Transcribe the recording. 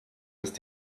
ist